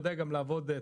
יודע גם לעבוד תכל'ס,